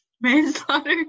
Manslaughter